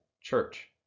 church